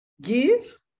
give